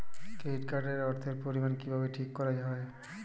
Credit card এর অর্থের পরিমান কিভাবে ঠিক করা হয়?